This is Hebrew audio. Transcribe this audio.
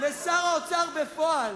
לשר האוצר בפועל.